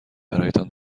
برایتان